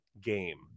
game